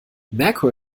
merkur